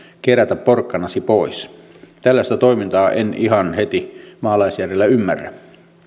kerätä porkkanasi pois tällaista toimintaa en ihan heti maalaisjärjellä ymmärrä